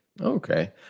Okay